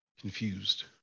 confused